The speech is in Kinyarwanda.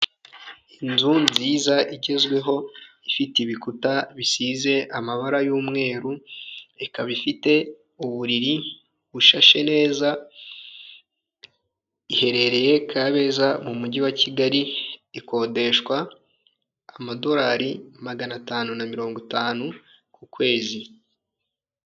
Inzu nziza igezweho, ifite ibikuta bisize amabara y'umweru, ikaba ifite uburiri bushashe neza, iherereye Kabeza mu mujyi wa Kigali, ikodeshwa amadorari magana atanu na mirongo itanu ku kwezi.